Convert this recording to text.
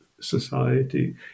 society